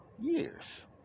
years